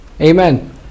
Amen